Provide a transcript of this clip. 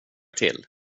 till